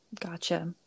Gotcha